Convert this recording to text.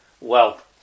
wealth